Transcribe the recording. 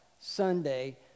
Sunday